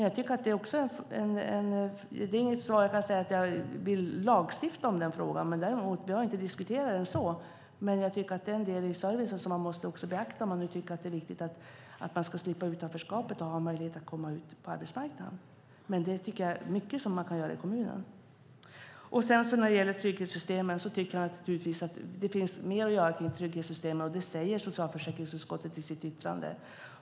Jag kan inte svara att jag vill lagstifta om den frågan. Vi har inte diskuterat den så, men jag tycker att det är en del i servicen som man också måste beakta om man tycker att det är viktigt att människor ska slippa utanförskapet och ha en möjlighet att komma ut på arbetsmarknaden. Men det är mycket jag tycker att man kan göra i kommunen. När det gäller trygghetssystemen tycker jag naturligtvis att det finns mer att göra. Det säger socialförsäkringsutskottet i sitt yttrande.